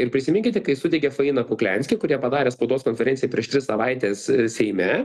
ir prisiminkite kai sudegė faina kuklianski kur jie padarė spaudos konferenciją prieš tris savaites seime